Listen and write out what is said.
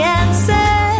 answer